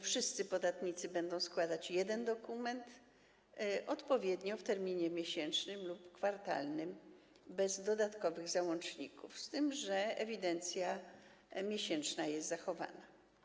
Wszyscy podatnicy będą składać jeden dokument, odpowiednio w terminie miesięcznym lub kwartalnym, bez dodatkowych załączników, z tym że ewidencja miesięczna jest zachowana.